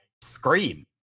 scream